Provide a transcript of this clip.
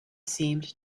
seemed